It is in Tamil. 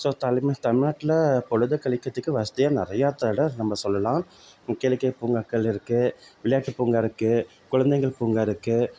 ஸோ தலைமை தமிழ்நாட்டுல பொழுத கழிக்கிறதுக்கு வசதியாக நிறையா தடம் நம்ம சொல்லலாம் ஒக்கேனக்கல் பூங்காக்கள் இருக்கு விளையாட்டு பூங்கா இருக்கு குழந்தைங்கள் பூங்கா இருக்கு